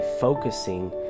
focusing